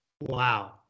Wow